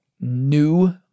new